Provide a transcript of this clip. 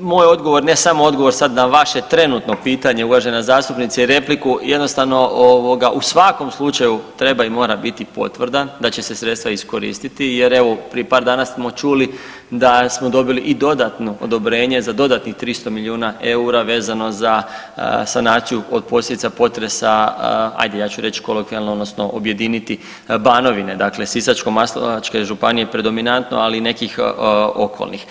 moj odgovor, ne samo odgovor sad na vaše trenutno pitanje uvažena zastupnice i repliku jednostavno ovoga u svakom slučaju treba i mora biti potvrda da će se sredstva iskoristiti jer evo prije par dana smo čuli da smo dobili i dodatno odobrenje za dodatnih 300 milijuna eura vezano za sanaciju od posljedica potresa, ajde ja ću reći kolokvijalno odnosno objediniti Banovine, dakle Sisačko-moslavačke županije predominantno, ali i nekih okolnih.